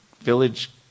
village